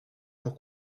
pour